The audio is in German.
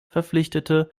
verpflichtete